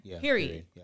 period